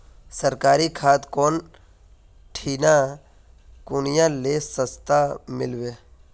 सरकारी खाद कौन ठिना कुनियाँ ले सस्ता मीलवे?